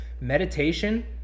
meditation